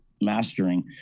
Mastering